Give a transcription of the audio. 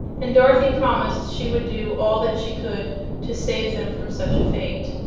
and dorothy promised she would do all that she could to save them from such a fate.